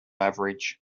average